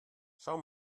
schau